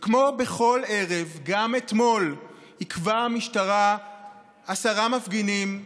וכמו בכל ערב גם אתמול עיכבה המשטרה עשרה מפגינים,